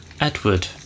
Edward